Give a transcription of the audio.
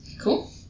Cool